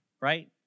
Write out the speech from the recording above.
right